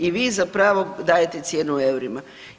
I vi zapravo dajete cijenu u eurima.